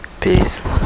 peace